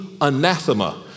anathema